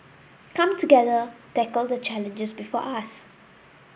come together tackle the challenges before us